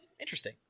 Interesting